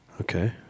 Okay